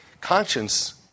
Conscience